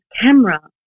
camera